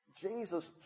Jesus